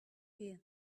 here